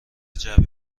جعبه